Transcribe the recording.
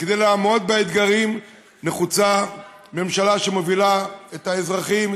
כדי לעמוד באתגרים נחוצה ממשלה שמובילה את האזרחים,